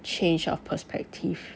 change of perspective